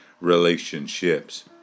relationships